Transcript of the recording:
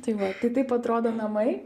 tai va tai taip atrodo namai